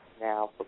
now